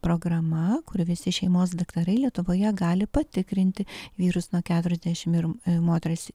programa kur visi šeimos daktarai lietuvoje gali patikrinti vyrus nuo keturiasdešim ir moteris